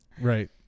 right